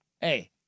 hey